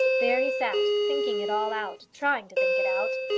there he sat, thinking it all out, trying to think it out.